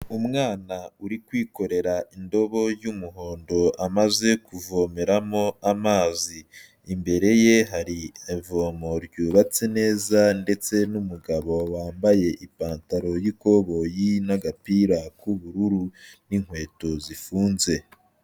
Umwana uri kwikorera indobo y'umuhondo amaze kuvomeramo amazi, imbere ye hari ivomo ryubatse neza ndetse n'umugabo wambaye ipantaro y'ikoboyi n'agapira k'ubururu n'inkweto zifunze.